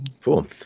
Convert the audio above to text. cool